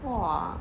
!wah!